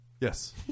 Yes